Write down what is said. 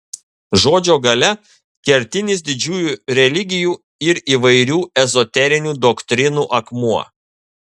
žodžio galia kertinis didžiųjų religijų ir įvairių ezoterinių doktrinų akmuo